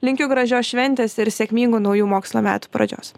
linkiu gražios šventės ir sėkmingų naujų mokslo metų pradžios